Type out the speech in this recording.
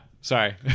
sorry